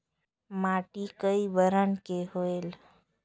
माटी कई बरन के होयल?